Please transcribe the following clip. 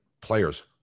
players